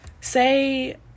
say